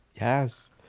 yes